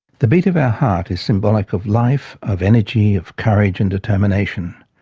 the beat of our heart is symbolic of life, of energy, of courage and determination.